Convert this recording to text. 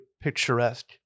picturesque